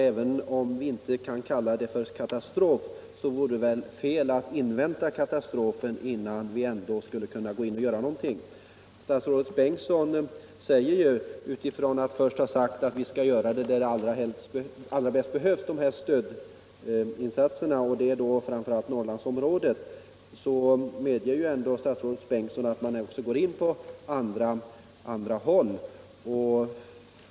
Även om det inte föreligger någon katastrof = blering i Herrljunga situation vore det fel att invänta den innan vi gör någonting. Statsrådet Bengtsson säger att stödinsatserna skall göras där de bäst behövs, och det är framför allt i Norrlandsområdet. Men samtidigt medger statsrådet att man också kan gå in på andra håll.